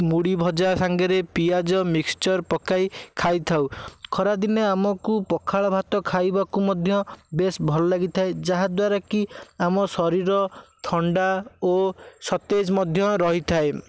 ମୁଡ଼ିଭଜା ସାଙ୍ଗେରେ ପିଆଜ ମିକ୍ସଚର୍ ପକାଇ ଖାଇଥାଉ ଖରାଦିନେ ଆମକୁ ପଖାଳ ଭାତ ଖାଇବାକୁ ମଧ୍ୟ ବେସ୍ ଭଲ ଲାଗିଥାଏ ଯାହାଦ୍ୱାରା କି ଆମ ଶରୀର ଥଣ୍ଡା ଓ ସତେଜ୍ ମଧ୍ୟ ରହିଥାଏ